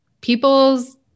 people's